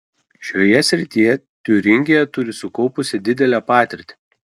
šioje srityje tiūringija turi sukaupusi didelę patirtį